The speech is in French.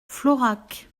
florac